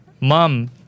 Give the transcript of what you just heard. Mom